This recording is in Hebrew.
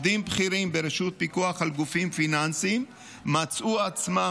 עובדים בכירים ברשות פיקוח על גופים פיננסיים מצאו עצמם